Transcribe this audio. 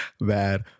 Bad